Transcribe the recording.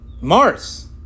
Mars